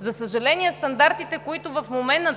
За съжаление, стандартите, които в момента